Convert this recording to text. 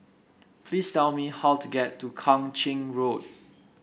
please tell me how to get to Kang Ching Road